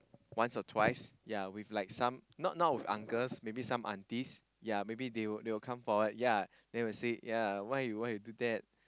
once or twice ya with like some not not with uncles maybes some aunties ya maybe they will come forward ya they will say ya why you do that